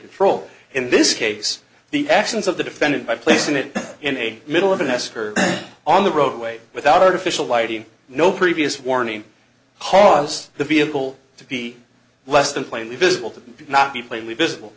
control in this case the actions of the defendant by placing it in a middle of an s curve on the roadway without artificial lighting no previous warning harness the vehicle to be less than plainly visible to not be plainly visible